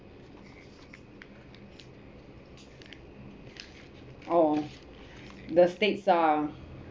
oh the states ah